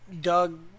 Doug